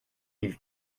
mille